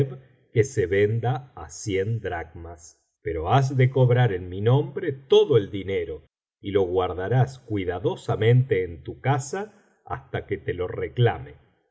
que se venda a cien dracmas pero has de cobrar en mi nombre todo el dinero y lo guardarás cuidadosamente en tu casa hasta que lo reclame